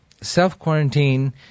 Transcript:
self-quarantine